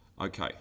Okay